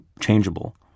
changeable